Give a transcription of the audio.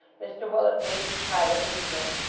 mr willet bade his pilot lead him.